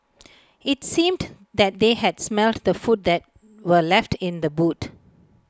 IT seemed that they had smelt the food that were left in the boot